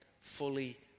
fully